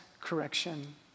correction